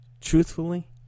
truthfully